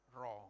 wrong